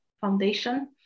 Foundation